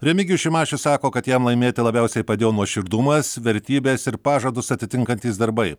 remigijus šimašius sako kad jam laimėti labiausiai padėjo nuoširdumas vertybės ir pažadus atitinkantys darbai